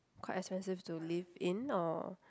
quite expensive to live in or